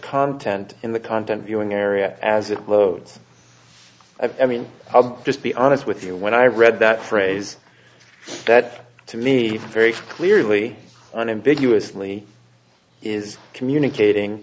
content in the content viewing area as it loads i mean i'll just be honest with you when i read that phrase that to me very clearly unambiguous lee is communicating